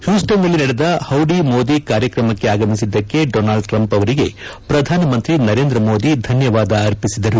ಹ್ಯೂಸ್ವನ್ನಲ್ಲಿ ನಡೆದ ಹೌದಿ ಮೋದಿ ಕಾರ್ಯಕ್ರಮಕ್ಕೆ ಆಗಮಿಸಿದಕ್ಕೆ ಡೊನಾಲ್ಡ್ ಟ್ರಂಪ್ ಅವರಿಗೆ ಪ್ರಧಾನಮಂತ್ರಿ ನರೇಂದ್ರ ಮೋದಿ ಧನ್ಯವಾದ ಅರ್ಪಿಸಿದರು